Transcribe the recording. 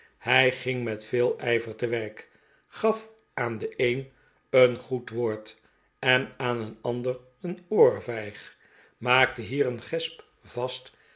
hij ging met veel ijver te werk gaf aan den een een goed woord en aan een ander een oorvijg maakte hier een gesp vast